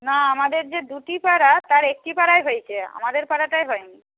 না আমাদের যে দুটি পাড়া তার একটি পাড়ায় হয়েছে আমাদের পাড়াটায় হয় নি